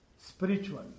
spiritual